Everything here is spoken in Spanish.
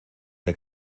que